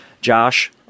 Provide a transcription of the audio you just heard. Josh